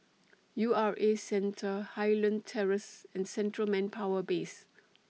U R A Centre Highland Terrace and Central Manpower Base